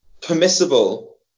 permissible